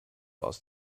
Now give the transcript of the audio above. aus